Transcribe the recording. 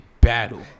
battle